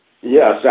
Yes